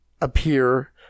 appear